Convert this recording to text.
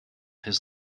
his